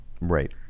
right